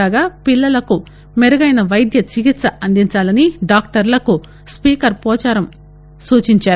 కాగాపిల్లలకు మెరుగైన వైద్య చికిత్స అందిందాలని డాక్టర్లకు స్పీకర్ పోచారం సూచిందారు